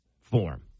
form